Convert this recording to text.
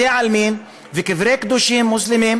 בתי עלמין וקברי קדושים מוסלמים,